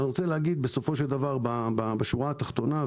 בסופו של דבר בשורה התחתונה,